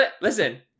Listen